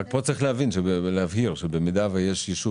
צריך להבהיר, שאם יש יישוב